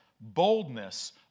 boldness